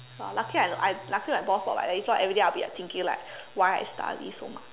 !wah! lucky I I lucky my boss not like that if not everyday I'll be like thinking like why I study so much